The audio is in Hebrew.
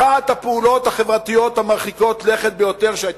אחת הפעולות החברתיות המרחיקות לכת ביותר שהיו